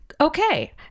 Okay